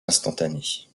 instantanée